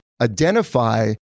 identify